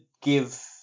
give